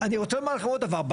אני רוצה לומר לך עוד דבר.